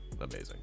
amazing